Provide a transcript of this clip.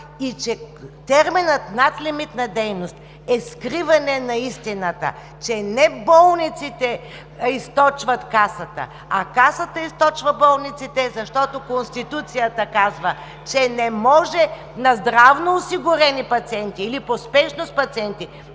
и че терминът „надлимитна дейност“ е скриване на истината, че не болниците източват Касата, а Касата източва болниците, защото Конституцията казва, че не може на здравноосигурени пациенти или пациенти